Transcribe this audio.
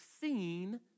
seen